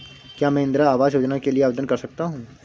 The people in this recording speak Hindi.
क्या मैं इंदिरा आवास योजना के लिए आवेदन कर सकता हूँ?